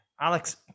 Alex